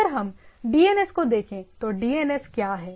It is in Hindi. अगर हम डीएनएस को देखें तो डीएनएस क्या है